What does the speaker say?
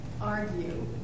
argue